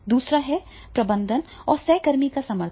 दूसरा है प्रबंधन और सहकर्मी का समर्थन